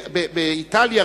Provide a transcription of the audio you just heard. באיטליה,